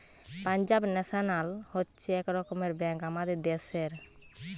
Punjab national হচ্ছে এক রকমের ব্যাঙ্ক আমাদের দ্যাশের